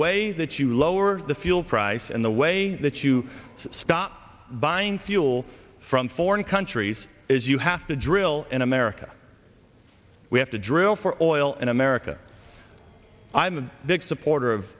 way that you lower the fuel price and the way that you stop buying fuel from foreign countries is you have to drill in america we have to drill for oil in america i'm a big supporter of